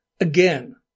Again